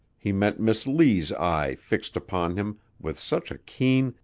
he met miss lee's eye fixed upon him with such a keen,